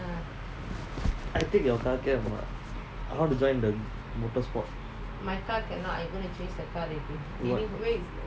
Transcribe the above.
I take your car can a not I want to join the motor sport why